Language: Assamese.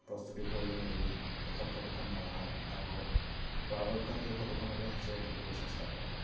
প্ৰস্তুতি কৰি মেলি শেষত ফটোখন মৰা হয় আৰু পৰাপক্ষত সেই ফটোখনকে সাঁচি ৰাখিবলৈ চেষ্টা কৰা হয়